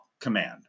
command